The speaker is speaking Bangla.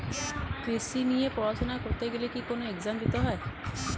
কৃষি নিয়ে পড়াশোনা করতে গেলে কি কোন এগজাম দিতে হয়?